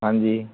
ਹਾਂਜੀ